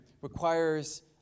requires